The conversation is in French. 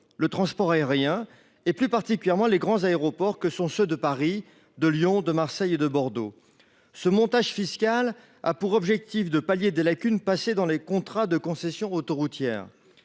le transport aérien, et plus particulièrement les grands aéroports que sont ceux de Paris, de Lyon, de Marseille et de Bordeaux. Ce montage fiscal a pour objectif de pallier les lacunes des contrats de concession autoroutière.